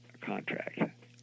contract